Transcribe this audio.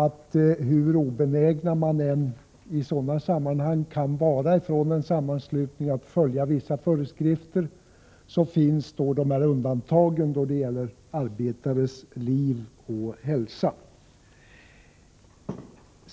att hur obenägen man än i sådana sammanhang kan vara i en sammanslutning att följa vissa föreskrifter, så finns dessa undantag när det gäller arbetares liv och hälsa.